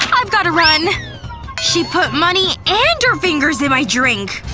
i've gotta run she put money and her fingers in my drink